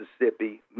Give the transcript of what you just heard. Mississippi